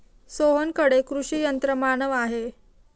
सोहनकडे कृषी यंत्रमानव आहे